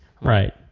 Right